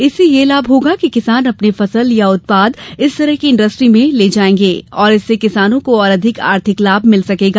इससे यह लाभ होगा कि किसान अपनी फसल या उत्पाद इस तरह की इंडस्ट्री में ले जाएंगे और इससे किसानों को और अधिक आर्थिक लाभ मिल सकेगा